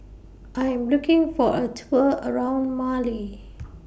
I Am looking For A Tour around Mali